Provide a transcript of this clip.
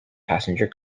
passenger